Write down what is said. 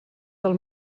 del